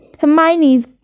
Hermione's